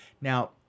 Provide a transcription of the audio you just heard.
Now